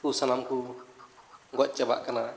ᱦᱟᱹᱠᱩ ᱥᱟᱱᱟᱢᱠᱩ ᱜᱚᱡ ᱪᱟᱵᱟᱜ ᱠᱟᱱᱟ